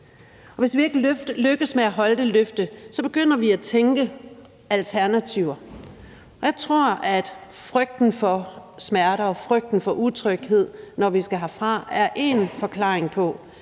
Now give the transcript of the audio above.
hvis vi ikke lykkes med at holde det løfte, begynder vi at tænke i alternativer. Jeg tror, at frygten for smerter og frygten for utryghed, når vi skal herfra, er én forklaring på,